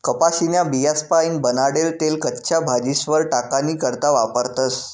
कपाशीन्या बियास्पाईन बनाडेल तेल कच्च्या भाजीस्वर टाकानी करता वापरतस